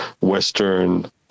Western